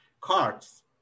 cards